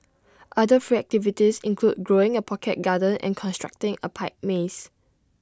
other free activities include growing A pocket garden and constructing A pipe maze